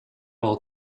all